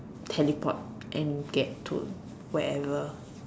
teleport and get to wherever